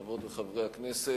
חברות וחברי הכנסת,